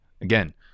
Again